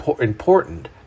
important